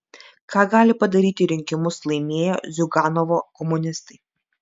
ką gali padaryti rinkimus laimėję ziuganovo komunistai